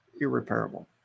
irreparable